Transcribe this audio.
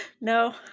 No